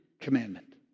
commandment